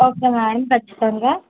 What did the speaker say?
okay madam ఖచ్చితంగా